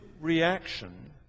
reaction